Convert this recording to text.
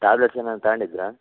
tablets ಏನಾರ ತಗಂಡಿದ್ರಾ